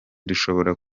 dushobora